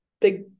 big